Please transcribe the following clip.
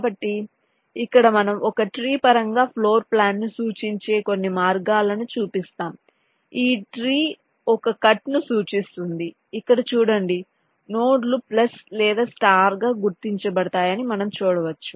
కాబట్టి ఇక్కడ మనం ఒక ట్రీ పరంగా ఫ్లోర్ప్లాన్ను సూచించే కొన్ని మార్గాలను చూపిస్తాము ఈ ట్రీ ఒక కట్ ను సూచిస్తుంది ఇక్కడ చూడండి నోడ్లు ప్లస్ లేదా స్టార్గా గుర్తించబడతాయని మనం చూడవచ్చు